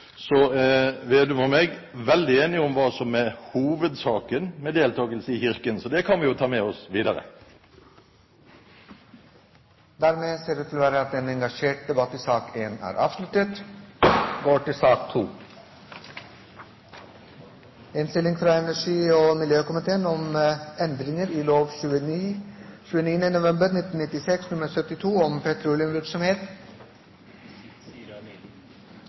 Så Slagsvold Vedum og jeg er veldig enige om hva som er hovedsaken med deltakelse i Kirken, så det kan vi jo ta med oss videre. Da ser det ut til at en engasjerende debatt i sak nr. 1 er avsluttet. For land med store naturressurser er det viktig å synliggjøre pengestrømmen fra utvinningsnæringer til staten og